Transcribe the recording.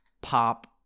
pop